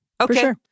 Okay